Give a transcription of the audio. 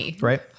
right